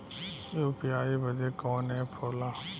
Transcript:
UPI बदे कवन app होला?